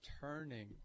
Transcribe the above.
turning